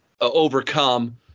overcome